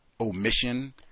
omission